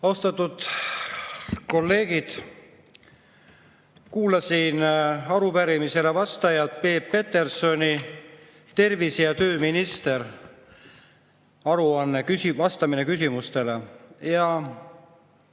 Austatud kolleegid! Kuulasin arupärimisele vastajat Peep Petersoni. Tervise- ja tööminister, aru[pärimine], vastamine küsimustele.